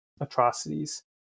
atrocities